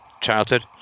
childhood